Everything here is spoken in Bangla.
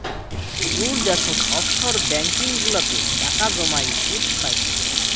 দূর দ্যাশোত অফশোর ব্যাঙ্কিং গুলাতে টাকা জমাই সুদ পাইচুঙ